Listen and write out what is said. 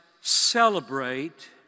celebrate